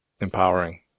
empowering